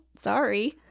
sorry